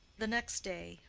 the next day,